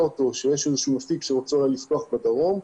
אותו שיש איזשהו מפיק שרוצה לפתוח בדרום.